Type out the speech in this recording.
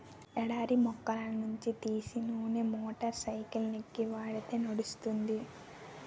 ఎడారి మొక్కల నుంచి తీసే నూనె మోటార్ సైకిల్కి వాడితే నడుస్తుంది